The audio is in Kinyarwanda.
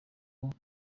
bumva